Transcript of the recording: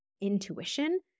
intuition